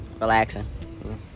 relaxing